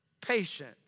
patient